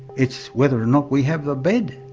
it's whether or not we have the beds.